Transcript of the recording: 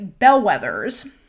bellwethers